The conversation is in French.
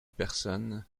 personne